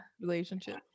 relationship